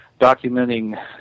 documenting